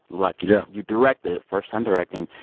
lucky. yeah you directed it first time directing.